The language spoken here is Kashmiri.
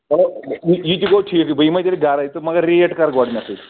یہِ تہِ گوٚو ٹھیٖکٕے بہٕ یِمَے تیٚلہِ گَرَے تہٕ مگر ریٹ کَر گۄڈنٮ۪تھٕے